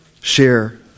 share